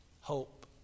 hope